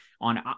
On